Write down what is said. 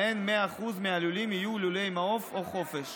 שבהן 100% מהלולים יהיו לולי מעוף או חופש.